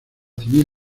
civil